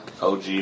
OG